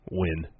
win